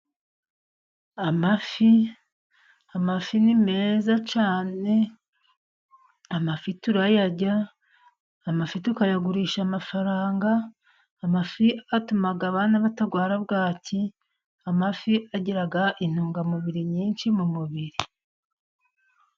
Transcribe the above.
Amafi, amafi ni meza cyane. Amafi turayarya. Amafi tukayagurisha amafaranga. Amafi atuma abana batarwara bwaki. Amafi agira intungamubiri nyinshi mu mubiri.